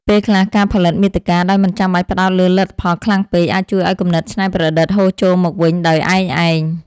ពេលខ្លះ ការផលិតមាតិកាដោយមិនចាំបាច់ផ្ដោតលើលទ្ធផលខ្លាំងពេក អាចជួយឱ្យគំនិតច្នៃប្រឌិតហូរចូលមកវិញដោយឯកឯង។